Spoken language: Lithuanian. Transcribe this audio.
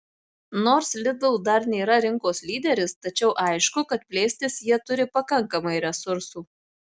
nors lidl dar nėra rinkos lyderis tačiau aišku kad plėstis jie turi pakankamai resursų